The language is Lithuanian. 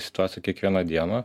situaciją kiekvieną dieną